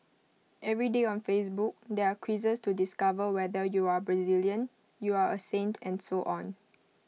every day on Facebook there are quizzes to discover whether you are Brazilian you are A saint and so on